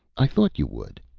i thought you would,